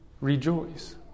rejoice